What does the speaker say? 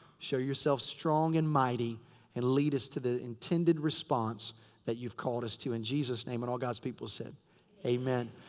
show yourself strong and mighty and lead us to the intended response that you've call us to. in jesus name. and all god's people said amen.